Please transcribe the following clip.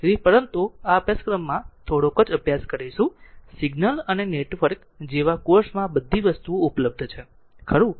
તેથી પરંતુ આ અભ્યાસક્રમમાં થોડોક જ અભ્યાસ કરીશું સિગ્નલ અને નેટવર્ક જેવા કોર્સમાં વધુ વસ્તુઓ ઉપલબ્ધ છે ખરું